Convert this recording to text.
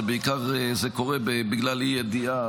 זה בעיקר קורה בגלל אי-ידיעה,